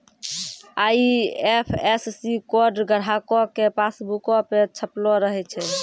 IFSC code ग्राहको के पासबुको पे छपलो रहै छै